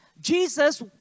Jesus